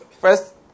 First